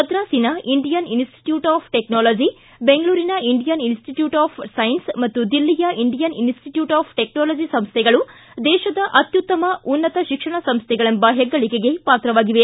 ಮದ್ರಾಸಿನ Indian Institute of Technology ಬೆಂಗಳೂರಿನ Indian Institute of Science ಮತ್ತು ದಿಲ್ಲಿಯ ಇಂಡಿಯನ್ ಇನಸ್ಸಿಟ್ಯೂಟ್ ಆಫ್ ಟೆಕ್ವಾಲಜಿ ಸಂಸ್ಟೆಗಳು ದೇಶದ ಅತ್ಯುತ್ತಮ ಉನ್ನತ ಶಿಕ್ಷಣ ಸಂಸ್ಟೆಗಳೆಂಬ ಹೆಗ್ಗಳಿಕೆಗೆ ಪಾತ್ರವಾಗಿವೆ